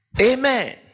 Amen